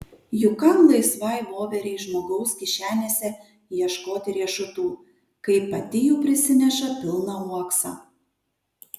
juk kam laisvai voverei žmogaus kišenėse ieškoti riešutų kaip pati jų prisineša pilną uoksą